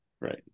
Right